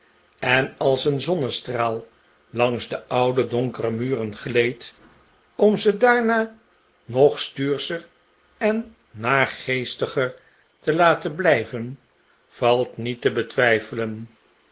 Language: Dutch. en als een zonnestraal langs de oude donkere muren gleed om ze daarna nog stuurscher en naargeestiger te laten blijven valt niet te betwijfelen